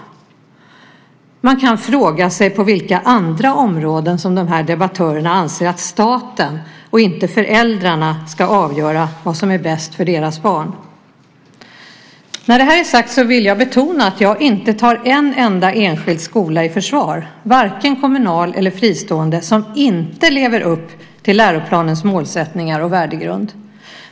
Man kan fråga sig på vilka andra områden dessa debattörer anser att staten och inte föräldrarna ska avgöra vad som är bäst för deras barn. När detta är sagt vill jag betona att jag inte tar en enda enskild skola i försvar, varken kommunal eller fristående, som inte lever upp till läroplanens målsättningar och värdegrund.